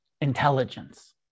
intelligence